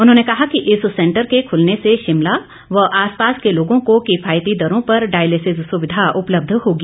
उन्होंने कहा कि इस सेंटर के खुलने से शिमला व आसपास के लोगों को किफायती दरों पर डायलिसिस सुविघा उपलब्ध होगी